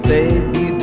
Baby